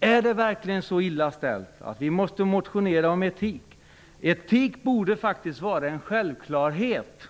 Är det verkligen så illa ställt att vi måste motionera om etik? Etik borde faktiskt vara en självklarhet.